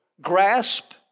grasp